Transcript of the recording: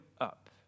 up